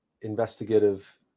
investigative